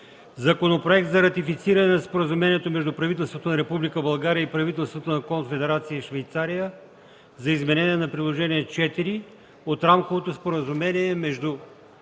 Законопроект за ратифициране на Споразумението между правителството на Република България и правителството на Конфедерация Швейцария за изменение на Приложение 4 от Рамковото споразумение между